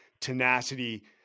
tenacity